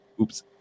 Oops